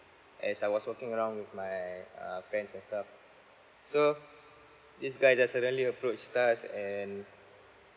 as I was walking around with my uh friends and stuff so this guy just suddenly approached us and